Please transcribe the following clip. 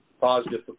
positive